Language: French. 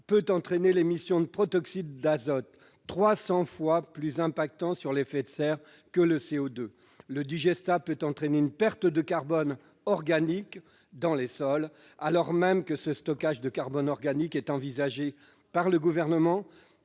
peuvent entraîner l'émission de protoxyde d'azote, 300 fois plus impactant sur l'effet de serre que le CO2. Le digestat peut entraîner une perte de carbone organique dans les sols, alors même que ce stockage du carbone organique est envisagé par le Gouvernement